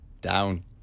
Down